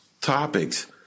topics